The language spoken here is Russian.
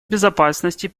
безопасности